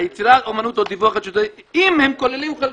יצירת אומנות או דיווח חדשות - אם הם כוללים,